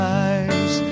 eyes